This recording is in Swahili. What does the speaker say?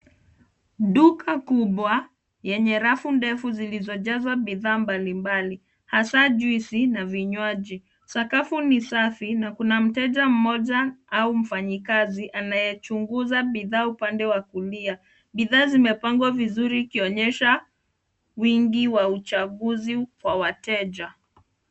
Duka kubwa enye rafu ndefu zilizojaswa bidhaa mbali mbali hasa juice na vinywaji . Sakafu ni safi na kuna mteja moja au mfanye kazi anayechunguza bidhaa upande wa kulia. Bidhaa zimepangwa vizuri ikionyesha wingi wa uchanguzi kwa wateja.